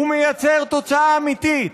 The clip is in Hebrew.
הוא מייצר תוצאה אמיתית.